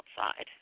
outside